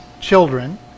children